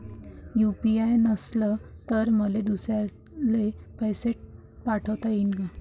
UPI नसल तर मले दुसऱ्याले पैसे पाठोता येईन का?